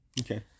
okay